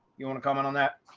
you want to comment on that?